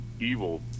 evil